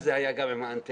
בזמנו זה היה עם האנטנות.